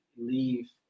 leave